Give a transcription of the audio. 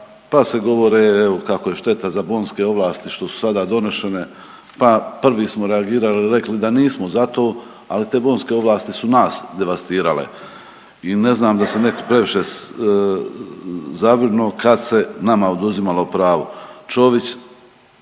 pa se govore evo kako je šteta za bonske ovlasti što su sada donešene, pa prvi smo reagirali i rekli da nismo za to ali te bonske ovlasti su nad devastirale i ne znam da se netko previše zabrinuo kad se nama oduzimalo pravo. Čović